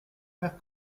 faire